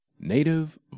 Native